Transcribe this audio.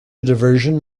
diversion